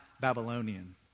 Babylonian